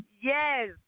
Yes